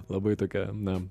labai tokia na